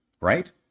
right